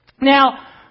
Now